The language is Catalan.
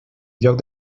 lloc